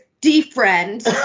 D-friend